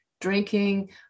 drinking